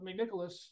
McNicholas